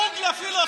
אל תהיה דמגוג.